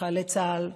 חיילי צה"ל,